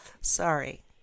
sorry